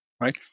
right